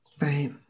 right